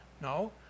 No